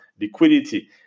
liquidity